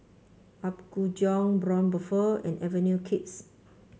Apgujeong Braun Buffel and Avenue Kids